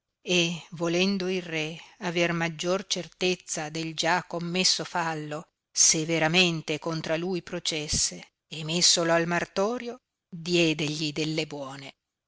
e volendo il re aver maggior certezza del già commesso fallo severamente contra lui processe e messolo al martorio diedegli delle buone